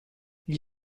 gli